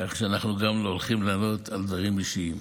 כך שאנחנו גם לא הולכים לענות על דברים אישיים.